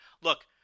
Look